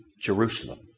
Jerusalem